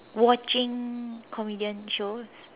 watching comedian show